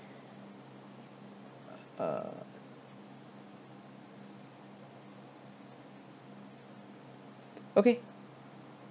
uh okay